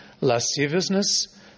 lasciviousness